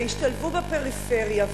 שישתלבו בפריפריה,